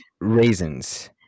raisins